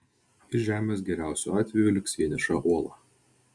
iš žemės geriausiu atveju liks vieniša uola